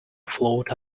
flawed